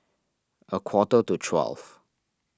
a quarter to twelve